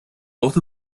both